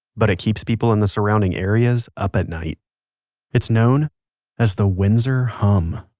but it keeps people in the surrounding areas up at night it's known as the windsor hum.